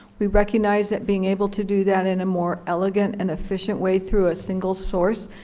we recognize that being able to do that in a more elegant and efficient way through a single source,